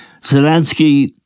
Zelensky